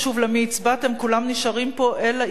כולם נשארים פה אלא אם אינם טובים".